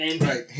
right